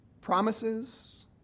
promises